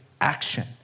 action